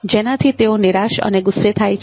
જેનાથી તેઓ નિરાશ અને ગુસ્સે થાય છે